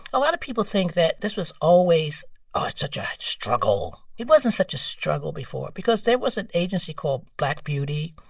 a lot of people think that this was always oh, it's such a struggle. it wasn't such a struggle before because there was an agency called black beauty.